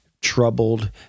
troubled